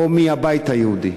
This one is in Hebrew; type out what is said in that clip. או מהבית היהודי,